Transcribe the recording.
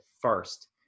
first